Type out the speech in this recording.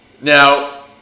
Now